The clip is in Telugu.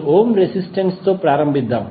2 ఓం రెసిస్టెన్స్ తో ప్రారంభిద్దాం